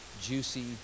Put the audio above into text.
juicy